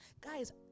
Guys